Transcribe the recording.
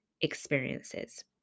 experiences